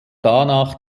danach